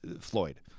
Floyd